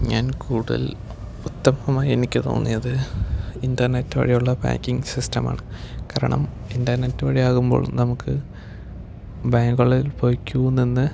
ഞാൻ കൂടുതൽ ഉത്തമമായി എനിക്ക് തോന്നിയത് ഇൻ്റർനെറ്റ് വഴിയുള്ള ബാങ്കിംഗ് സിസ്റ്റം ആണ് കാരണം ഇൻ്റർനെറ്റ് വഴി ആകുമ്പോൾ നമുക്ക് ബാങ്കുകളിൽ പോയി ക്യൂ നിന്ന്